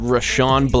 Rashawn